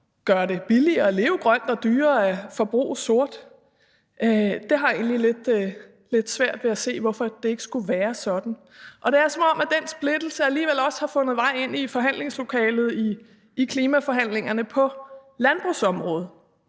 gøre det billigere at leve grønt og dyrere at forbruge sort? Jeg har egentlig lidt svært ved at se, hvorfor det ikke skulle være sådan. Det er, som om den splittelse alligevel også har fundet vej ind i forhandlingslokalet i klimaforhandlingerne på landbrugsområdet.